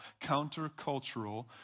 countercultural